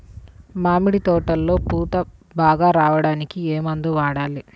మామిడి తోటలో పూత బాగా రావడానికి ఏ మందు వాడాలి?